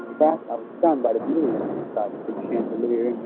i was stunned by the beauty of the inside the big chandelier